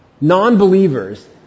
Non-believers